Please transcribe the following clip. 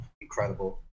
incredible